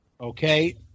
Okay